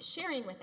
sharing with